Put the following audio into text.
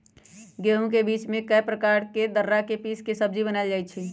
गहुम के बीच में के हिस्सा दर्रा से पिसके सुज्ज़ी बनाएल जाइ छइ